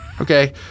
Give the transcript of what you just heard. Okay